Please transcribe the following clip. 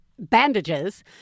Bandages